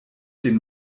den